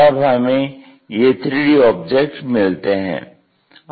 तब हमें ये 3D ऑब्जेक्ट मिलते हैं